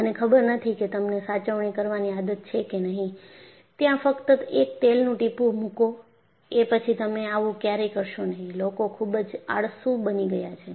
મને ખબર નથી કે તમને સાચવણી કરવાની આદત છે કે નહી ત્યાં ફક્ત એક તેલનું ટીપું મૂકો એ પછી તમે આવું ક્યારેય કરશો નહીં લોકો ખુબ જ આળસુ બની ગયા છે